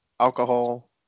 Alcohol